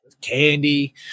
candy